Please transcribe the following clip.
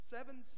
Seven